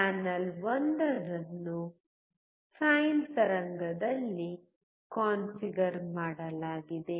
channel 1 ಅನ್ನು sine ತರಂಗದಲ್ಲಿ configure ಮಾಡಲಾಗಿದೆ